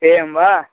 एवं वा